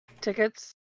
tickets